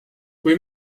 kui